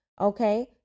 okay